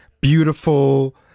beautiful